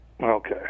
Okay